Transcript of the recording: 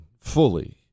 fully